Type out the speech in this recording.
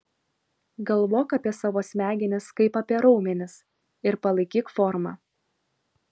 galvok apie savo smegenis kaip apie raumenis ir palaikyk formą